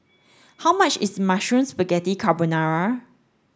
how much is Mushroom Spaghetti Carbonara